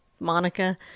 monica